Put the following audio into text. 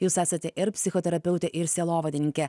jūs esate ir psichoterapeutė ir sielovadininkė